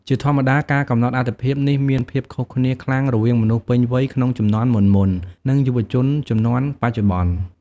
ជាធម្មតា ការកំណត់អាទិភាពនេះមានភាពខុសគ្នាខ្លាំងរវាងមនុស្សពេញវ័យក្នុងជំនាន់មុនៗ និងយុវជនជំនាន់បច្ចុប្បន្ន។